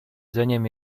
dzeniem